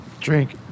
Drink